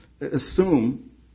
assume